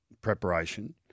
preparation